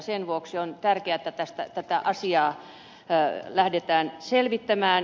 sen vuoksi on tärkeätä että tätä asiaa lähdetään selvittämään